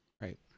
Right